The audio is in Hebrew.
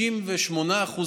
98%,